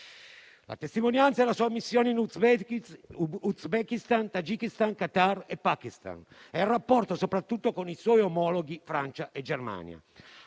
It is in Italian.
La testimonianza è la sua missione in Uzbekistan, Tagikistan, Qatar e Pakistan; è il rapporto soprattutto con i suoi omologhi di Francia e Germania.